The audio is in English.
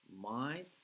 mind